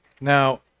Now